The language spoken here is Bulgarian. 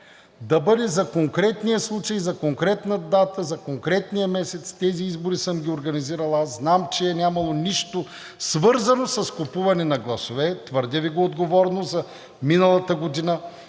да бъде за конкретния случай, за конкретна дата, за конкретния месец. Тези избори съм ги организирал аз. Знам, че е нямало нищо, свързано с купуване на гласове – твърдя Ви го отговорно, за миналата година.